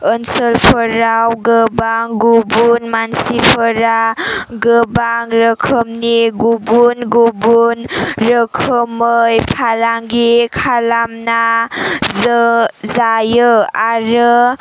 ओनसोलफोराव गोबां गुबुन मानसिफोरा गोबां रोखोमनि गुबुन गुबुन रोखोमै फालांगि खालामना जायो आरो